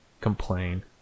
complain